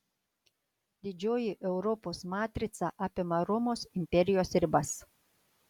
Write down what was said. didžioji europos matrica apima romos imperijos ribas